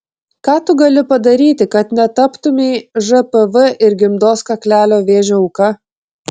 ką tu gali padaryti kad netaptumei žpv ir gimdos kaklelio vėžio auka